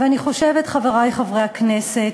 ואני חושבת, חברי חברי הכנסת,